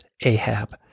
Ahab